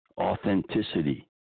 authenticity